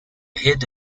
head